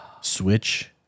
Switch